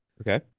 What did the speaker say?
Okay